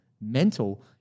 mental